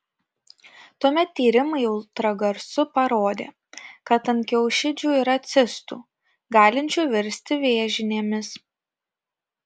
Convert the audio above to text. tuomet tyrimai ultragarsu parodė kad ant kiaušidžių yra cistų galinčių virsti vėžinėmis